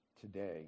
today